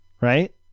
right